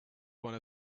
one